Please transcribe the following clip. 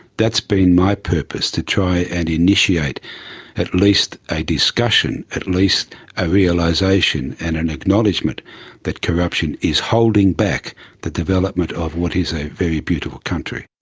been my purpose, to try and initiate at least a discussion, at least a realisation and an acknowledgement that corruption is holding back the development of what is a very beautiful country.